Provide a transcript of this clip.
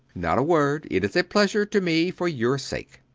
not a word it is a pleasure to me, for your sake.